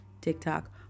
TikTok